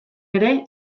ere